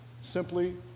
simply